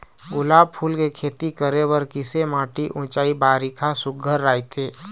गुलाब फूल के खेती करे बर किसे माटी ऊंचाई बारिखा सुघ्घर राइथे?